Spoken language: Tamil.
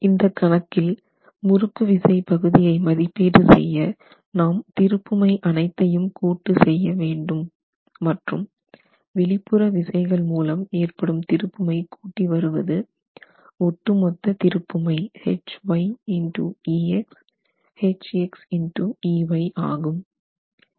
இந்த கணக்கில் முறுக்கு விசை பகுதியை மதிப்பீடு செய்ய நாம் திருப்புமை அனைத்தையும் கூட்டு செய்ய வேண்டும் மற்றும் வெளிப்புற விசைகள் மூலம் ஏற்படும் திருப்புமை கூட்டி வருவது ஒட்டுமொத்த திருப்புமை Hy x ex Hx x ey ஆகும்